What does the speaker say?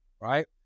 right